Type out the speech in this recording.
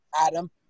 Adam